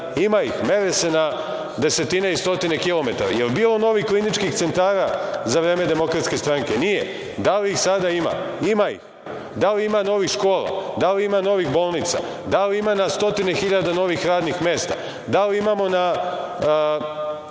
Ima ih, mere se na desetine i stotine kilometara. Je li bilo novih kliničkih centara za vreme Demokratske stranke? Nije. Da li ih sada ima? Ima ih. Da li ima novih škola? Da li ima novih bolnica? Da li ima na stotine hiljada novih radnih mesta? Da li imamo na